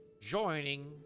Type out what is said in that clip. joining